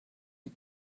die